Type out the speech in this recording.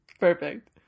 Perfect